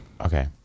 Okay